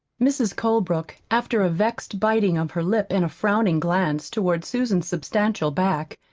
mrs. colebrook, after a vexed biting of her lip and a frowning glance toward susan's substantial back,